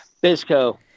Bisco